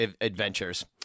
adventures